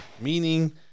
meaning